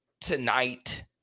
tonight –